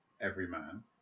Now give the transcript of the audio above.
Everyman